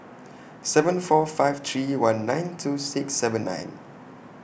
seven four five three one nine two six seven nine